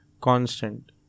constant